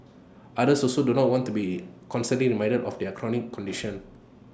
others also do not want to be constantly reminded of their chronic condition